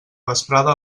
vesprada